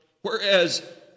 whereas